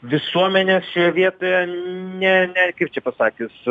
visuomenė šioje vietoje ne ne kaip čia pasakius